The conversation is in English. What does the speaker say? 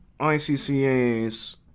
ICCAs